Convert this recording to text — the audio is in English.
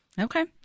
Okay